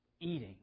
eating